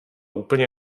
úplně